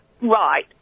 Right